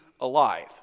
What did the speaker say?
alive